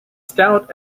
stout